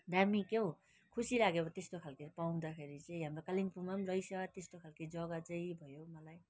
दामी क्या हो ऊ खुसी लाग्यो अब त्यस्तो खाले पाउँदाखेरि चाहिँ हाम्रो कालिम्पोङमा पनि रहेछ त्यस्तो खाले जगा चाहिँ भयो मलाई